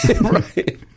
Right